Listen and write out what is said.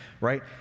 right